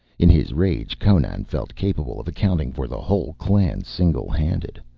in his rage conan felt capable of accounting for the whole clan single-handed.